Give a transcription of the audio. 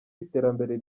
w’iterambere